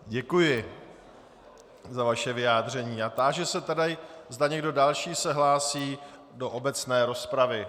Děkuji za vaše vyjádření a táži se tedy, zda někdo další se hlásí do obecné rozpravy.